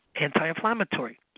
anti-inflammatory